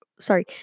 sorry